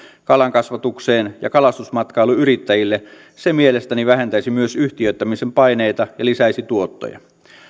kalankasvatukseen ja kalastusmatkailuyrittäjille se mielestäni vähentäisi myös yhtiöittämisen paineita ja lisäisi tuottoja